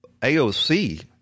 AOC